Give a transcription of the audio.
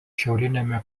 šiauriniame